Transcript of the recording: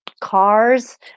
cars